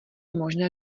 možné